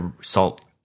salt